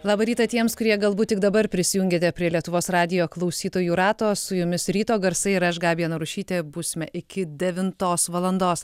labą rytą tiems kurie galbūt tik dabar prisijungiate prie lietuvos radijo klausytojų rato su jumis ryto garsai ir aš gabija narušytė būsime iki devintos valandos